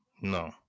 No